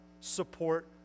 support